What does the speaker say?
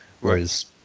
whereas